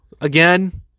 again